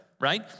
right